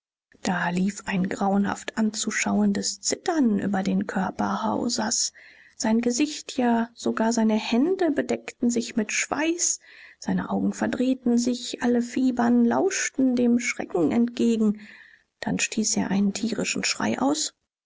da lief ein grauenhaft anzuschauendes zittern über den körper hausers sein gesicht ja sogar seine hände bedeckten sich mit schweiß seine augen verdrehten sich alle fibern lauschten dem schrecken entgegen dann stieß er einen tierischen schrei aus